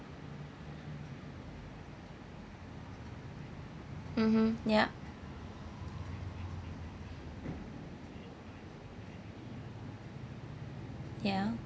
mmhmm yup ya